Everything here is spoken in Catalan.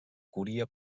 cúria